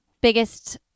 biggest